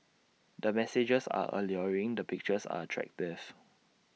the messages are alluring the pictures are attractive